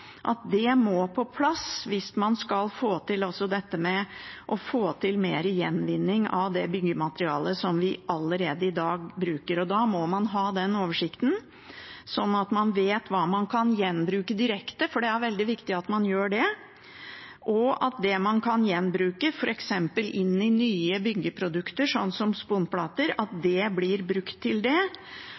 at må på plass hvis man skal få til også mer gjenvinning av det byggematerialet som vi allerede i dag bruker. Da må man ha den oversikten, sånn at man vet hva man kan gjenbruke direkte. Det er veldig viktig at man gjør det, og at det man kan gjenbruke f.eks. inn i nye byggeprodukter, sånn som sponplater, blir brukt til det, og at det er bare det som ikke kan brukes til